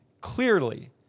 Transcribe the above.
clearly